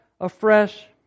afresh